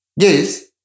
Yes